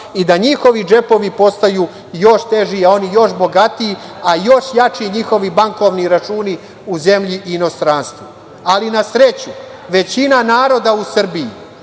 i da njihovi džepovi postanu još teži a oni još bogatiji, a još jači njihovi bankovni računi u zemlji i inostranstvu. Ali, na sreću, većina naroda u Srbiji